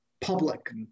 public